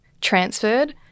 transferred